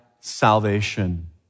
salvation